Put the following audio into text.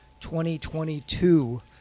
2022